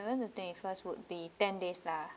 eleventh to twenty first would be ten days lah